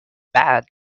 bad